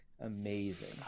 Amazing